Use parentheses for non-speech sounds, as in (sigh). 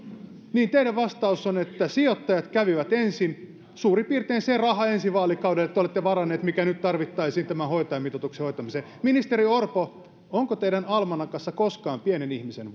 teidän vastauksenne on että sijoittajat kävivät ensin suurin piirtein sen rahan ensi vaalikaudelle te te olette varanneet heille mikä nyt tarvittaisiin tämän hoitajamitoituksen hoitamiseen ministeri orpo onko teidän almanakassanne koskaan pienen ihmisen (unintelligible)